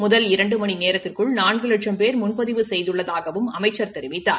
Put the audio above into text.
முதல் இரண்டு மணி நேரத்திற்குள் நான்கு லட்சும் பேர் முன்பதிவு செய்துள்ளதாகவும் அமைச்ச் தெரிவித்தார்